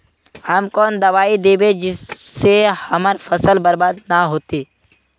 हम कौन दबाइ दैबे जिससे हमर फसल बर्बाद न होते?